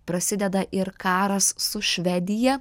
prasideda ir karas su švedija